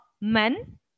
men